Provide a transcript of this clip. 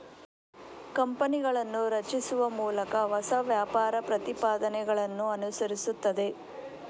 ಕಂಪನಿಗಳನ್ನು ರಚಿಸುವ ಮೂಲಕ ಹೊಸ ವ್ಯಾಪಾರ ಪ್ರತಿಪಾದನೆಗಳನ್ನು ಅನುಸರಿಸುತ್ತದೆ